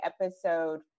episode